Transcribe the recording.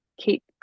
keep